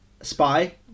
spy